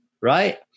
Right